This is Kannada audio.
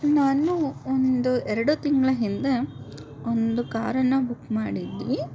ನಾನು ಒಂದು ಎರಡು ತಿಂಗಳ ಹಿಂದೆ ಒಂದು ಕಾರನ್ನು ಬುಕ್ ಮಾಡಿದ್ವಿ